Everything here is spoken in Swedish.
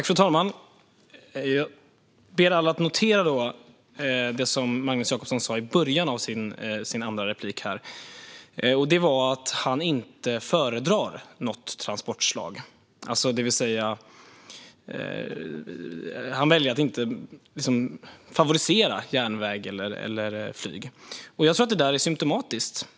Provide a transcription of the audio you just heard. Fru talman! Jag ber alla att notera det som Magnus Jacobsson sa i början av sin andra replik här. Det var att han inte föredrar något transportslag, det vill säga att han väljer att inte favorisera järnväg eller flyg. Jag tror att detta är symtomatiskt.